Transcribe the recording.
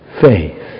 faith